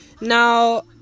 Now